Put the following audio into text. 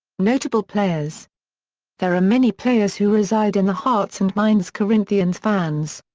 notable players there are many players who reside in the hearts and minds corinthians fans.